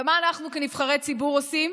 ומה אנחנו כנבחרי ציבור עושים?